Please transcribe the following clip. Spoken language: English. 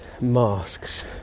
masks